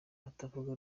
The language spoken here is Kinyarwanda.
abatavuga